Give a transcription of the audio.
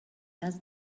does